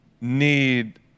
need